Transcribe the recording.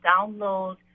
download